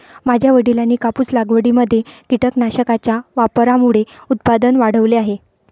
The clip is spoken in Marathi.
माझ्या वडिलांनी कापूस लागवडीमध्ये कीटकनाशकांच्या वापरामुळे उत्पादन वाढवले आहे